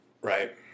Right